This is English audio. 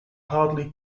hardly